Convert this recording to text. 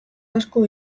asko